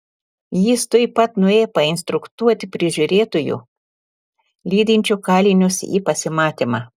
jis tuoj pat nuėjo painstruktuoti prižiūrėtojų lydinčių kalinius į pasimatymą